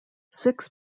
six